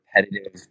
repetitive